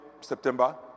September